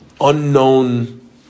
unknown